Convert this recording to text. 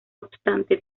obstante